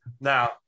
Now